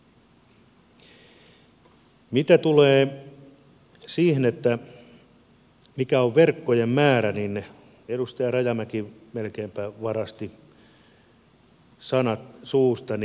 mitä tulee siihen mikä on verkkojen määrä niin edustaja rajamäki melkeinpä varasti sanat suustani